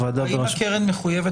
הוועדה בראשות --- האם הקרן מחויבת